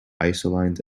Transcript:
isolines